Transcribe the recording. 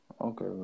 Okay